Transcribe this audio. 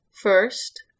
first